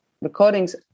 recordings